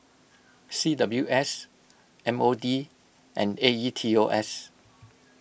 C W S M O D and A E T O S